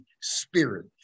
spirit